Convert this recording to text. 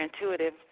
intuitive